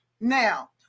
now